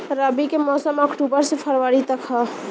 रबी के मौसम अक्टूबर से फ़रवरी तक ह